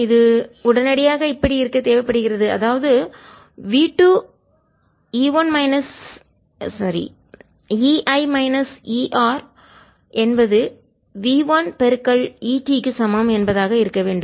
இது உடனடியாக இப்படி இருக்க தேவைப்படுகிறது அதாவது v 2 EI மைனஸ் ER என்பது v1 ET க்கு சமம் என்பதாக இருக்க வேண்டும்